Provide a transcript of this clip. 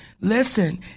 listen